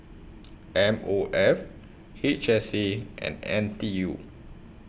M O F H S A and N T U